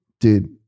Dude